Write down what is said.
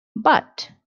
but